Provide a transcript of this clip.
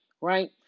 right